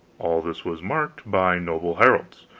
all this was marked by noble heralds,